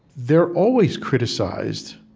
they're always criticized,